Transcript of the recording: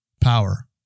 power